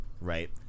right